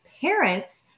parents